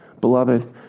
Beloved